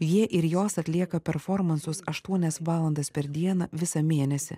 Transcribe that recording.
jie ir jos atlieka performansus aštuonias valandas per dieną visą mėnesį